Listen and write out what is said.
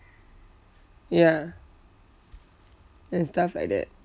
ya and stuff like that